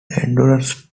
endurance